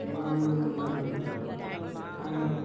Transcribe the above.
పేదవాడిగానే ఉంటున్నాడు కానీ